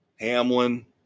Hamlin